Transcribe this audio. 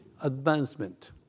advancement